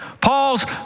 Paul's